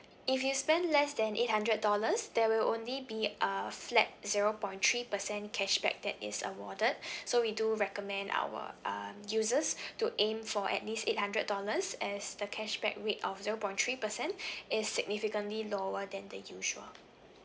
if you spend less than eight hundred dollars there will only be uh flat zero point three percent cashback that is awarded so we do recommend our um users to aim for at least eight hundred dollars as the cashback rate of zero point three percent is significantly lower than the usual